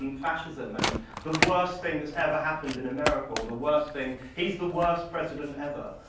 and fascism, and the worst thing that's ever happened in america, or the worst thing. he's the worst president ever.